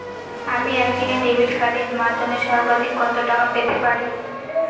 আমি একদিনে ডেবিট কার্ডের মাধ্যমে সর্বাধিক কত টাকা পেতে পারি?